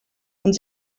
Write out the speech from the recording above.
und